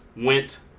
went